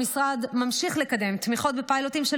המשרד ממשיך לקדם תמיכות בפיילוטים של